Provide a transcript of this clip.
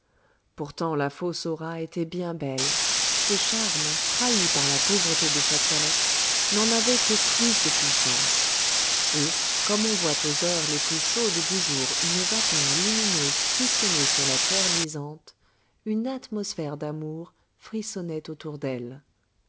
pourtant la fausse hora était bien belle ses charmes trahis par la pauvreté de sa toilette n'en avaient que plus de puissance et comme on voit aux heures les plus chaudes du jour une vapeur lumineuse frissonner sur la terre luisante une atmosphère d'amour frissonnait autour d'elle